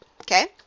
okay